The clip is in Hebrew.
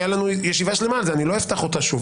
הייתה לנו ישיבה שלמה על זה ואני לא אפתח את זה שוב,